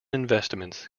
investments